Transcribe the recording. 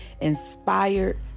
inspired